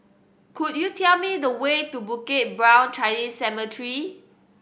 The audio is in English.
could you tell me the way to Bukit Brown Chinese Cemetery